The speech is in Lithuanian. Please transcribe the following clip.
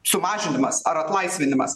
sumažinimas ar atlaisvinimas